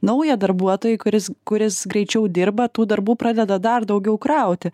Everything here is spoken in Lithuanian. naują darbuotoją kuris kuris greičiau dirba tų darbų pradeda dar daugiau krauti